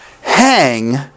hang